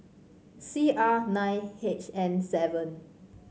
C R nine H N seven